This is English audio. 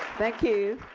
thank you.